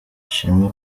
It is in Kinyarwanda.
ishimwe